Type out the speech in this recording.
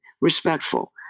respectful